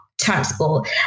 transport